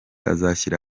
azashyira